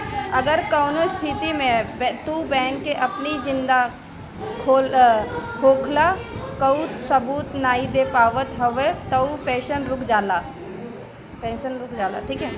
अगर कवनो स्थिति में तू बैंक के अपनी जिंदा होखला कअ सबूत नाइ दे पावत हवअ तअ पेंशन रुक जाला